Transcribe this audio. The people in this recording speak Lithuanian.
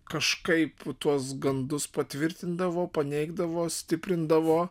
kažkaip tuos gandus patvirtindavo paneigdavo stiprindavo